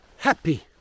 Happy